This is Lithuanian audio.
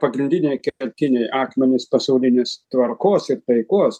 pagrindiniai kertiniai akmenys pasaulinės tvarkos ir taikos